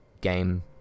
game